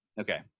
Okay